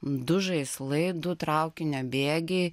du žaislai du traukinio bėgiai